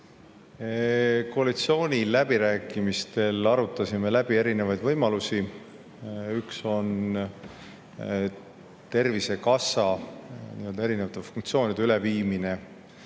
Koalitsiooniläbirääkimistel me arutasime läbi erinevad võimalused. Üks on Tervisekassa erinevate funktsioonide üleviimine